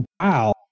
Wow